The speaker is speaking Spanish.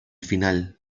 final